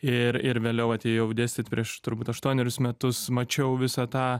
ir ir vėliau atėjau dėstyt prieš turbūt aštuonerius metus mačiau visą tą